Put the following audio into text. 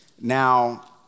Now